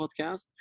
podcast